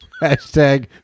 Hashtag